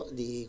di